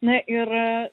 na ir